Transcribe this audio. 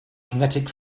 kinetic